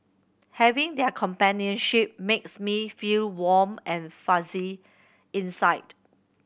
having their companionship makes me feel warm and fuzzy inside